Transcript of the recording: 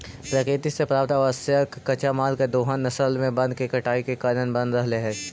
प्रकृति से प्राप्त आवश्यक कच्चा माल के दोहन असल में वन के कटाई के कारण बन रहले हई